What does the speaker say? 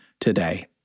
today